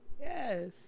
Yes